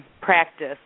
practice